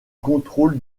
contrôle